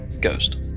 Ghost